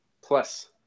Plus